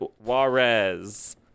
Juarez